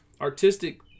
artistic